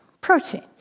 protein